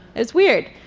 it's weird.